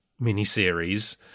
miniseries